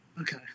Okay